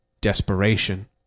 desperation